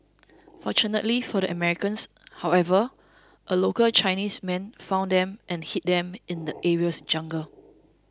fortunately for the Americans however a local Chinese man found them and hid them in the area's jungle